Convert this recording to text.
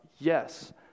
yes